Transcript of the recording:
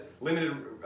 limited